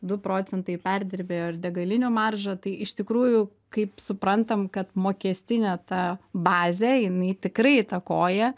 du procentai perdirbėjo ir degalinių marža tai iš tikrųjų kaip suprantam kad mokestinė ta bazė jinai tikrai įtakoja